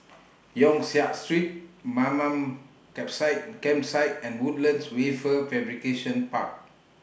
Yong Siak Street Mamam Campsite Campsite and Woodlands Wafer Fabrication Park